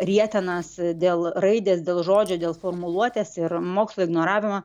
rietenas dėl raidės dėl žodžio dėl formuluotės ir mokslo ignoravimą